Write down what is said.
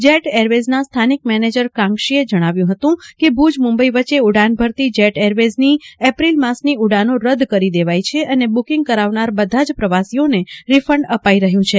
jet એરવેઝના સ્થાનિક manager કાન્ગશીએ જણાવ્યું હતું કે ભુજ મુંબઇ વચ્ચે ઉડાન ભરતી જેટ એરવેઝની એપ્રિલ માસની ઉડાનો રદ્ કરી દેવાઇ છે અને બુકિંગ કરાવનાર બધા જ પ્રવાસીઓને રિફંડ અપાઇ રહ્યું છે